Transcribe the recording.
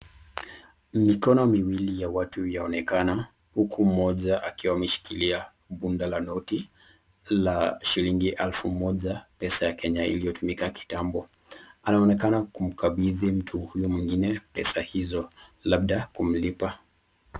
Mikono miwili ya watu yaonekana, huku mmoja akiwa ameshikilia bunda la noti la shillingi elfu moja pesa ya Kenya iliyotumika kitambo. Anaonekana kukambithi mtu huyo mwingine pesa hizo labda kumlipa.